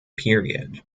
period